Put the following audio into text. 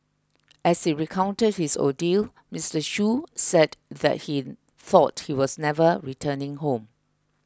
as he recounted his ordeal Mr Shoo said that he thought he was never returning home